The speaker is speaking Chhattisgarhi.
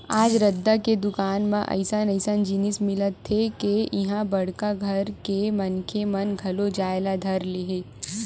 आज रद्दा के दुकान म अइसन अइसन जिनिस मिलथे के इहां बड़का घर के मनखे मन घलो जाए ल धर ले हे